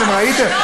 אתם ראיתם.